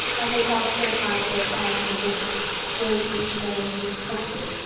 and they talked for a time of their plans and wishes. gravely, earnestly, hopefully,